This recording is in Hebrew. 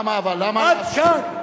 עד כאן.